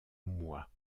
mois